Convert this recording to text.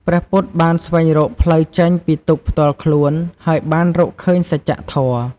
ព្រះពុទ្ធបានស្វែងរកផ្លូវចេញពីទុក្ខផ្ទាល់ខ្លួន ហើយបានរកឃើញសច្ចធម៌។